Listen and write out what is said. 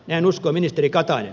näin uskoi ministeri katainen